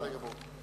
בסדר גמור.